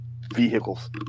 vehicles